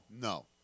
No